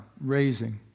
raising